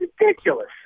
ridiculous